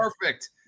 perfect